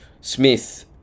Smith